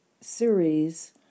series